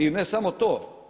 I ne samo to.